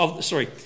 Sorry